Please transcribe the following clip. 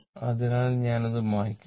അതിനാൽ ഞാൻ അത് മായ്ക്കട്ടെ